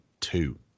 two